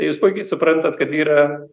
jūs puikiai suprantat kad yra